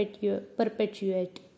perpetuate